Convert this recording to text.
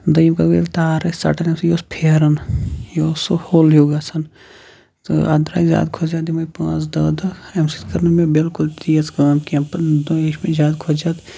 دۄیم کَتھ گٔے ییٚلہِ تار ٲسۍ ژَٹان امہِ سۭتۍ یہِ اوس پھیرن یہِ اوس سُہ ہوٚل ہیٚو گَژھان تہٕ اتھ دراے زیادٕ کھۄتہٕ زیادٕ یِم پانٛژھ دَہ دۄہ امہِ سۭتۍ کٔر نہٕ مےٚ بِلکُل تہِ تیژ کٲم کیٚنٛہہ تہٕ یہٕ چھُ مےٚ زیادٕ کھۄتہٕ زیادٕ